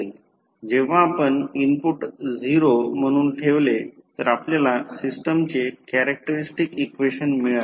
जेव्हा आपण इनपुट 0 म्हणून ठेवले तर आपल्याला सिस्टमचे कॅरेक्टरस्टिक्स इक्वेशन मिळाले